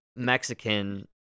Mexican